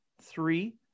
Three